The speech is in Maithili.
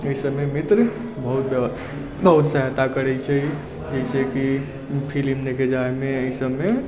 एहि सभमे मित्र बहुत सहायता करै छै जाहिसे कि फिलिम देखै जाइ मे एहि सभमे